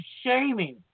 shaming